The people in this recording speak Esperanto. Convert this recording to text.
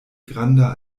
granda